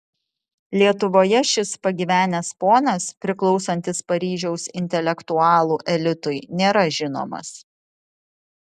lietuvoje šis pagyvenęs ponas priklausantis paryžiaus intelektualų elitui nėra žinomas